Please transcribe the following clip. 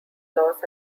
los